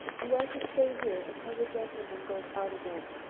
you are to stay here until the gentleman goes out again.